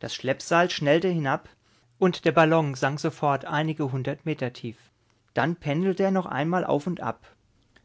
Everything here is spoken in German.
das schleppseil schnellte hinab und der ballon sank sofort einige hundert meter tief dann pendelte er noch einmal auf und ab